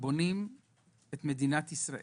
בונים את מדינת ישראל,